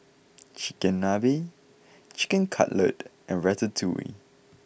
Chigenabe Chicken Cutlet and Ratatouille